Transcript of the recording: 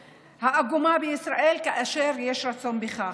העגומה הזאת בישראל כאשר יש רצון בכך.